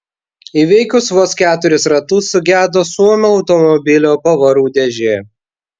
įveikus vos keturis ratus sugedo suomio automobilio pavarų dėžė